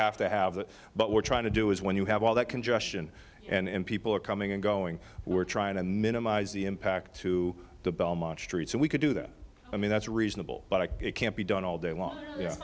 have to have it but we're trying to do is when you have all that congestion and people are coming and going we're trying to minimize the impact to the belmont streets and we could do that i mean that's reasonable but it can't be done all day long